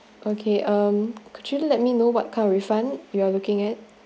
okay um could you let me know what car refund you are looking at